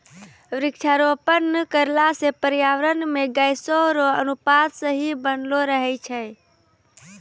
वृक्षारोपण करला से पर्यावरण मे गैसो रो अनुपात सही बनलो रहै छै